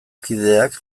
kideak